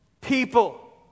people